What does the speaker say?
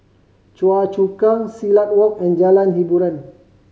Choa Chu Kang Silat Walk and Jalan Hiboran